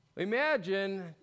Imagine